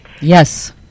Yes